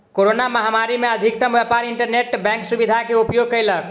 corona महामारी में अधिकतम व्यापार इंटरनेट बैंक सुविधा के उपयोग कयलक